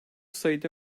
sayıda